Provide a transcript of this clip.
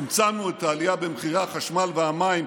צמצמנו את העלייה במחירי החשמל והמים,